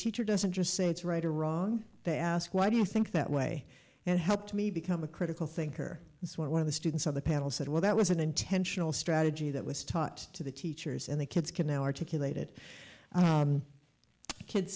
teacher doesn't just say it's right or wrong they ask why do you think that way and helped me become a critical thinker one of the students on the panel said well that was an intentional strategy that was taught to the teachers and the kids can articulate it kids